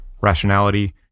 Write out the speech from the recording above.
rationality